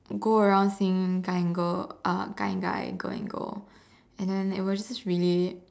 go around seeing guy and girl uh guy and guy girl and girl and then it was just really